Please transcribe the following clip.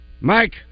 Mike